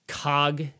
cog